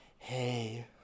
hey